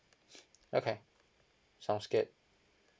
okay sounds good